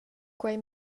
quei